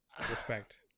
respect